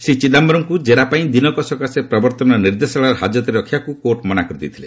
ଶ୍ରୀ ଚିଦାୟରମ୍ଙ୍କୁ ଜେରା ପାଇଁ ଦିନକ ସକାଶେ ପ୍ରବର୍ତ୍ତନ ନିର୍ଦ୍ଦେଶାଳୟର ହାଜତରେ ରଖିବାପାଇଁ କୋର୍ଟ ମନା କରିଦେଇଥିଲେ